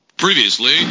previously